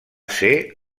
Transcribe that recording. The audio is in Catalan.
ser